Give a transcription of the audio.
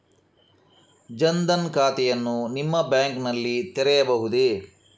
ಜನ ದನ್ ಖಾತೆಯನ್ನು ನಿಮ್ಮ ಬ್ಯಾಂಕ್ ನಲ್ಲಿ ತೆರೆಯಬಹುದೇ?